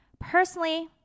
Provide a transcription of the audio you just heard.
Personally